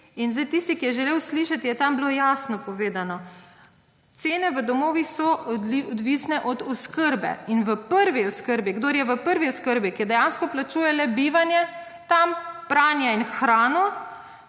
tisti, ki je želel slišati, je tam bilo jasno povedano. Cene v domovih so odvisne od oskrbe. In v prvi oskrbi, kdor je v prvi oskrbi, ki dejansko plačuje le bivanje, tam pranje in hrano,